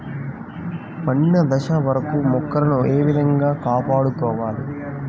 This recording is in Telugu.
పండిన దశ వరకు మొక్కలను ఏ విధంగా కాపాడుకోవాలి?